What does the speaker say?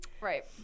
Right